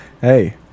Hey